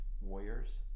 warriors